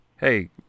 hey